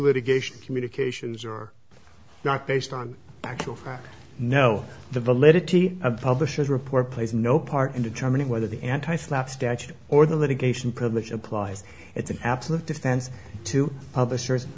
litigation communications or not based on actual know the validity of the publisher's report plays no part in determining whether the anti slack statute or the litigation privilege applies it's an absolute defense to publishers